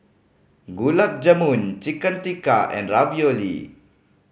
Gulab Jamun Chicken Tikka and Ravioli